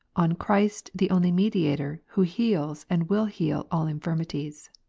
on christ the only iniediator, who heals and will heal all infirmities.